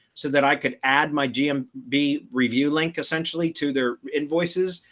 so that i can add my gym be review link essentially to their invoices,